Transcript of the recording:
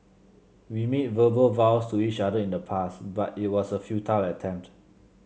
we made verbal vows to each other in the past but it was a futile attempt